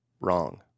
wrong